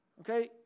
Okay